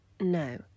No